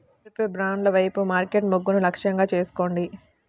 సారూప్య బ్రాండ్ల వైపు మార్కెట్ మొగ్గును లక్ష్యంగా చేసుకోండి